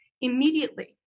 Immediately